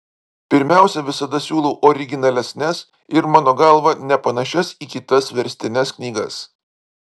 pirmiausia visada siūlau originalesnes ir mano galva nepanašias į kitas verstines knygas